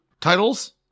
titles